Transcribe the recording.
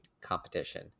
competition